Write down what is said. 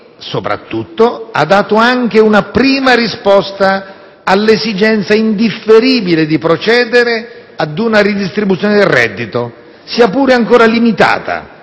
soprattutto, ha dato una prima risposta all'esigenza indifferibile di procedere ad una ridistribuzione del reddito, sia pure ancora limitata,